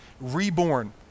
reborn